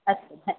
अस्तु